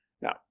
Now